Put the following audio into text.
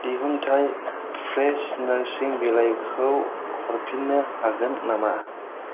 दिहुनथाइ फ्रेश नोरसिं बिलाइखौ हरफिननो हागोन नामा